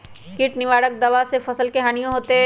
किट निवारक दावा से फसल के हानियों होतै?